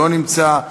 לא נמצא,